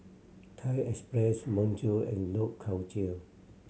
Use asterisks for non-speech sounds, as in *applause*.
Thai Express Bonjour and *unintelligible* Culture